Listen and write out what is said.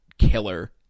killer